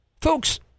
Folks